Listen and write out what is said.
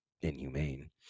inhumane